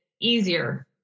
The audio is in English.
easier